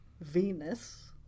Venus